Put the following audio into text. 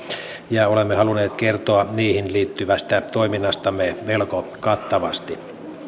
ja olemme halunneet kertoa niihin liittyvästä toiminnastamme melko kattavasti